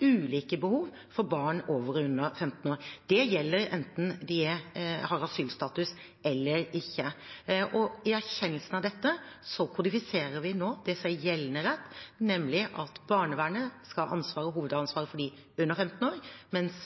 ulike behov for barn over og under 15 år. Det gjelder enten de har asylstatus eller ikke. Og i erkjennelsen av dette kodifiserer vi nå det som er gjeldende rett, nemlig at barnevernet skal ha ansvar og hovedansvar for dem under 15 år, mens